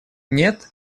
нет